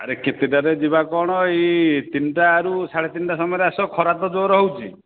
ଆରେ କେତେଟାରେ ଯିବା କ'ଣ ଏଇ ତିନିଟାରୁ ସାଢେ ତିନିଟା ସମୟରେ ଆସ ଖରା ତ ଜୋର୍ ହେଉଛି